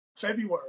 February